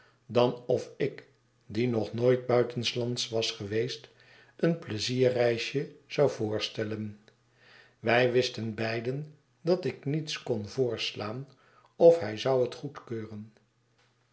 dan of ik die nog nooit buitenslands was geweest een pleizierreisje zouvoorstellen wij wisten beiden dat ik niets kon voorslaan of hij zou het goedkeuren